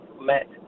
met